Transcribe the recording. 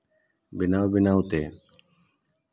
ᱵᱮᱱᱟᱣ ᱵᱮᱱᱟᱣ ᱛᱮ